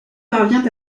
parvient